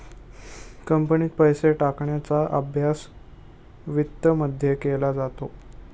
कंपनीत पैसे टाकण्याचा अभ्यास वित्तमध्ये केला जातो